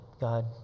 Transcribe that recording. God